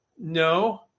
no